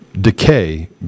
decay